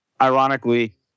Ironically